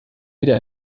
wieder